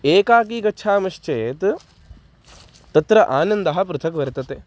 एकाकी गच्छामश्चेत् तत्र आनन्दः पृथग् वर्तते